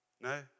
No